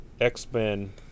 X-Men